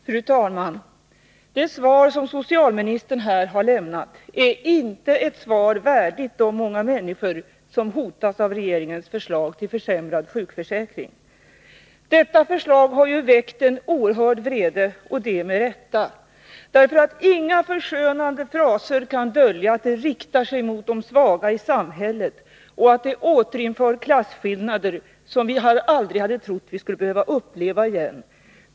Fru talman! Det svar som socialministern här har lämnat är inte ett svar värdigt de många människor som hotas av regeringens förslag till försämrad sjukförsäkring. Detta förslag har väckt en oerhörd vrede — och det med rätta. Inga förskönande fraser kan dölja att det riktar sig mot de svaga i samhället och att det återinför klasskillnader som vi aldrig hade trott att vi skulle behöva uppleva igen.